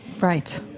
Right